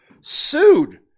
sued